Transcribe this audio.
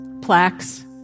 Plaques